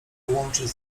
łączyć